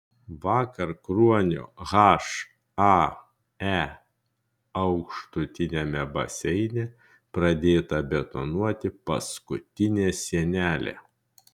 vakar kruonio hae aukštutiniame baseine pradėta betonuoti paskutinė sienelė